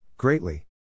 Greatly